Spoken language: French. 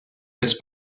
laisse